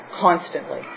constantly